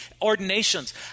ordinations